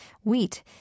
Wheat